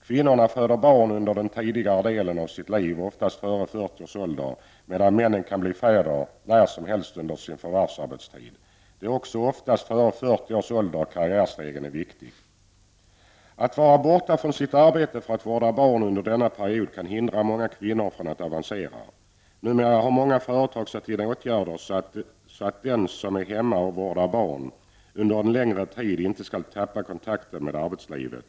Kvinnan föder barn under den tidigare delen av sitt liv, oftast före 40 års ålder, medan männen kan bli fäder när som helst under sitt förvärvsarbetsliv. Det är också oftast före 40 års ålder som karriärstegen är viktig. Att vara borta från sitt arbete för att vårda barn under denna period kan hindra många kvinnor från att avancera. Numera har många företag satt in åtgärder så att den som är hemma och vårdar barn under en längre tid inte skall tappa kontakten med arbetslivet.